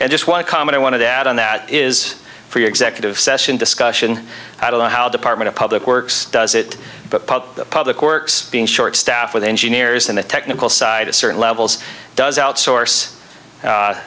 i just want to comment i want to add on that is for you executive session discussion i don't know how depart public works does it but the public works being short staffed with engineers on the technical side of certain levels does outsource